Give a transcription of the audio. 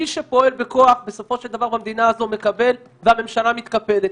מי שפועל בכוח בסופו של דבר במדינה הזו מקבל והממשלה מתקפלת.